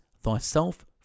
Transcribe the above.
thyself